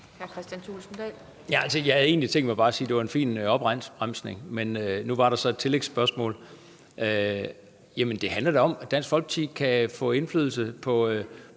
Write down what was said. tænkt mig bare at sige, at det var en fin opbremsning, men nu var der så et tillægsspørgsmål. Jamen det handler om, at Dansk Folkeparti kan få indflydelse på